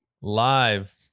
live